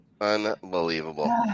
Unbelievable